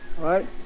right